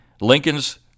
Lincoln's